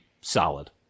solid